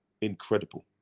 incredible